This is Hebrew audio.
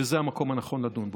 וזה המקום הנכון לדון בהם.